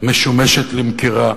משומשת למכירה,